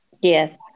Yes